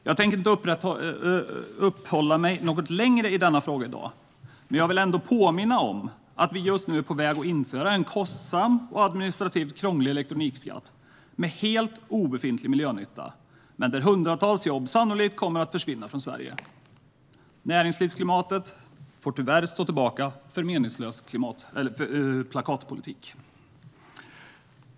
Jag tänker inte uppehålla mig länge vid denna fråga i dag, men jag vill ändå påminna om att vi just nu är på väg att införa en kostsam och administrativt krånglig elektronikskatt med en helt obefintlig miljönytta, och hundratals jobb kommer sannolikt att försvinna från Sverige. Näringslivsklimatet får tyvärr stå tillbaka för meningslös plakatpolitik.